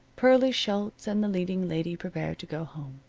pearlie schultz and the leading lady prepared to go home.